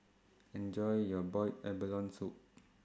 Enjoy your boiled abalone Soup